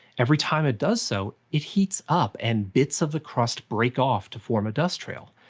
every time it does so, it heats up and bits of the crust break off to form a dust trail.